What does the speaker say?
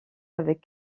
avec